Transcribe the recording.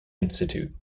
institute